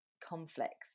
conflicts